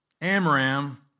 Amram